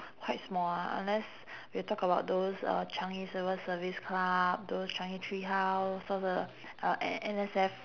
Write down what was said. quite small ah unless you talk about those uh changi civil service club changi tree house also the uh N S F